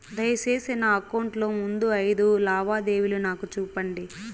దయసేసి నా అకౌంట్ లో ముందు అయిదు లావాదేవీలు నాకు చూపండి